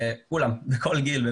כולם ומכל גיל.